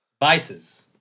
Vices